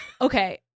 okay